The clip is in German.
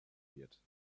wird